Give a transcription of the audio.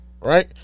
Right